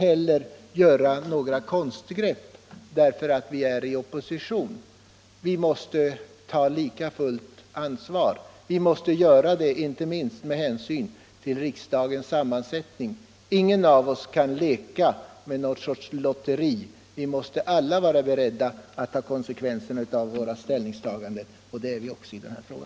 Vi gör inga konstgrepp bara därför att vi är i opposition. Vi tar fullt ansvar, inte minst med hänsyn till riksdagens jämviktssammansättning. Ingen av oss kan leka med lotterisituationen, utan vi måste alla vara beredda att ta konsekvensen av våra ställningstaganden. Det har vi också gjort i denna fråga.